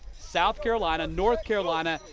south carolina, north carolina,